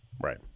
Right